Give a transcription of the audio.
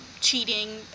cheating